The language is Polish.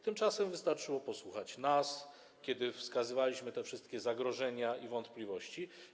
Tymczasem wystarczyło posłuchać nas, kiedy wskazywaliśmy te wszystkie zagrożenia i wątpliwości.